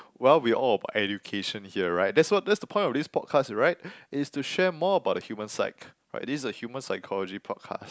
well we're all about education here right that's what that's the point of this podcast right it's to share more about the human psych right this is the human psychology podcast